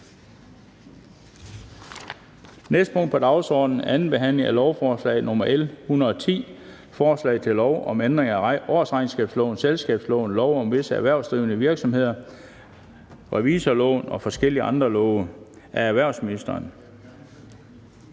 næste punkt på dagsordenen er: 7) 2. behandling af lovforslag nr. L 110: Forslag til lov om ændring af årsregnskabsloven, selskabsloven, lov om visse erhvervsdrivende virksomheder, revisorloven og forskellige andre love. (Kontrolpakken